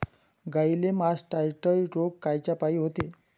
गाईले मासटायटय रोग कायच्यापाई होते?